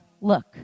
Look